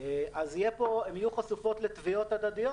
אז הן יהיו חשופות לתביעות הדדיות.